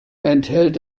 enthält